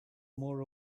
more